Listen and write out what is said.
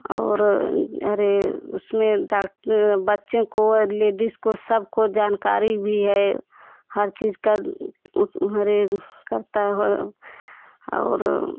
और अरे उसमें बच्चे को लेडिस को सबको जानकारी भी है हर चीज का अरे करता हो और